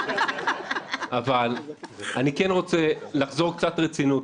אבל אני כן רוצה לחזור קצת לרצינות,